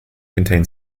contain